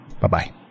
bye-bye